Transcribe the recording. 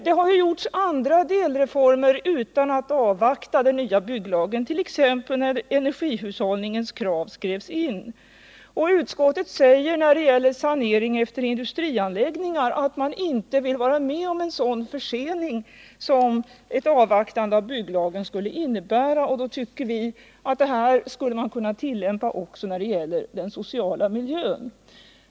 Det har gjorts andra delreformer utan att den nya bygglagen avvaktats, t.ex. när kraven på energihushållning skrevs in. Utskottet säger ju också när det gäller sanering efter industrianläggningar att man inte vill vara med om en sådan försening som ett avvaktande av det pågående bygglagarbetet skulle innebära. Vi tycker att man skulle kunna tillämpa detta resonemang även när det gäller den sociala miljön.